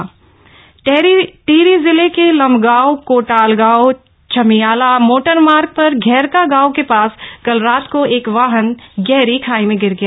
दर्घटना टिहरी टिहरी जिले के लंबगाव कोटालगांव चमियाला मोटरमार्ग पर धैरका गांव के पास कल रात को एक वाहन गहरी खाई में गिर गया